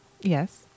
Yes